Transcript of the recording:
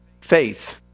faith